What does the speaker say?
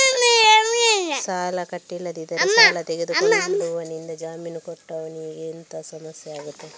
ಸಾಲ ಕಟ್ಟಿಲ್ಲದಿದ್ದರೆ ಸಾಲ ತೆಗೆದುಕೊಂಡವನಿಂದ ಜಾಮೀನು ಕೊಟ್ಟವನಿಗೆ ಎಂತ ಸಮಸ್ಯೆ ಆಗ್ತದೆ?